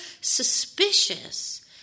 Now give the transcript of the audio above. suspicious